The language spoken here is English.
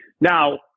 Now